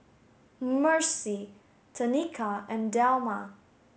Mercy Tenika and Delmar